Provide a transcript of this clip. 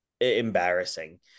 embarrassing